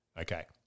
Okay